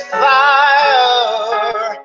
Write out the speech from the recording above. fire